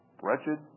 wretched